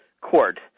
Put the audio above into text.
court